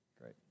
Great